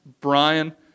Brian